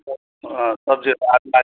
अँ सब्जीहरू